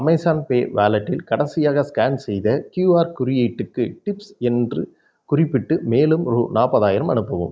Amazon pay வாலெட்டில் கடைசியாக scan செய்த க்யூஆர் குறியீட்டுக்கு டிப்ஸ் என்று குறிப்பிட்டு மேலும் ரூ நாப்பதாயிரம் அனுப்பவும்